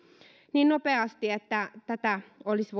niin nopeasti että olisi